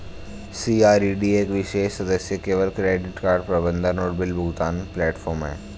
CRED एक विशेष सदस्य केवल क्रेडिट कार्ड प्रबंधन और बिल भुगतान प्लेटफ़ॉर्म है